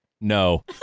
no